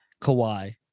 Kawhi